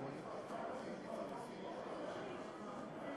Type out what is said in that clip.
הסובלנות הזאת